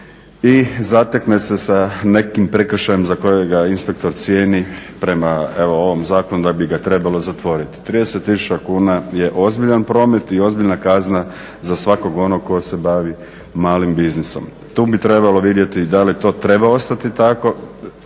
i zatekne se sa nekim prekršajem za kojega inspektor cijeni prema evo ovom zakonu da bi ga trebalo zatvoriti. 30 tisuća kuna je ozbiljan promet i ozbiljna kazna za svakog onog tko se bavi malim biznisom. Tu bi trebalo vidjeti da li to treba ostati tako,